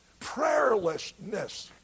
Prayerlessness